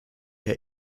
herr